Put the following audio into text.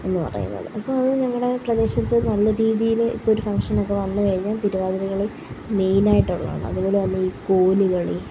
എന്ന് പറയുന്നത് അപ്പോൾ അത് ഞങ്ങളുടെ പ്രദേശത്ത് നല്ല രീതിയിൽ ഇപ്പോൾ ഒരു ഫംഗ്ഷൻ ഒക്കെ വന്ന് കഴിഞ്ഞാൽ തിരുവാതിര കളി മെയിനായിട്ട് ഉള്ളതാണ് അത് പോലെ തന്നെ ഈ കോല് കളി